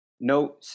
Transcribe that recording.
No